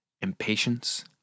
impatience